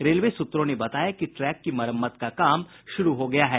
railway सूत्रों ने बताया कि ट्रैक की मरम्मत का काम शुरू हो गया है